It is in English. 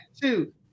two